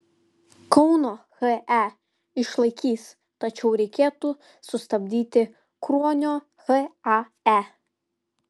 kauno he išlaikys tačiau reikėtų sustabdyti kruonio hae